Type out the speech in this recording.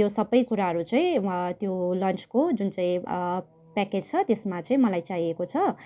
यो सबै कुराहरू चाहिँ त्यो लन्चको जुन चाहिँ प्याकेज छ त्यसमा चाहिँ मलाई चाहिएको छ